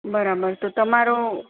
બરાબર તો તમારો